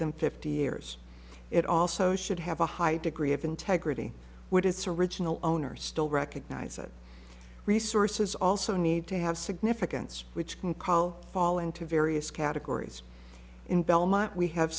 than fifty years it also should have a high degree of integrity which is to regional owners still recognize that resources also need to have significance which can call fall into various categories in belmont we have